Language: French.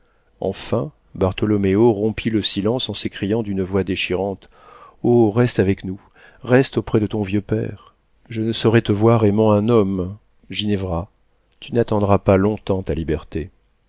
enfin bartholoméo rompit le silence en s'écriant d'une voix déchirante oh reste avec nous reste auprès de ton vieux père je ne saurais te voir aimant un homme ginevra tu n'attendras pas longtemps ta liberté